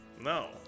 No